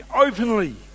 openly